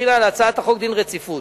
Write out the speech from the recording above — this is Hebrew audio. החילה על הצעת החוק דין רציפות.